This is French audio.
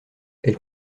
elle